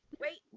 wait